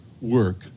work